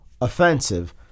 offensive